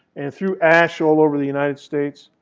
and threw ash all over the united states.